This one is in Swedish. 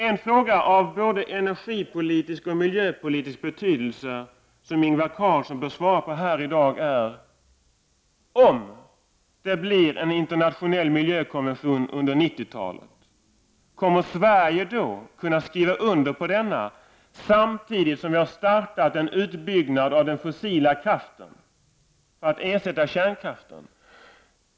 En fråga av både energipolitisk och miljöpolitisk betydelse som Ingvar Carlsson bör svara på är: Om det skapas en internationell miljökonvention under 90-talet, kommer Sverige då att kunna skriva under denna samtidigt som Sverige har startat en utbyggnad av den fossila kraften för att ersätta kärnkraften?